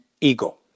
ego